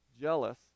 jealous